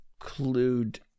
include